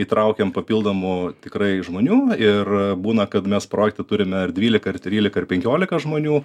įtraukėm papildomų tikrai žmonių ir būna kad mes projekte turime ir dvylika trylika ir penkiolika žmonių